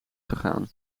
gegaan